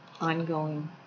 ongoing